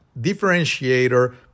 differentiator